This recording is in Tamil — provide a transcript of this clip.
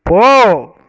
போ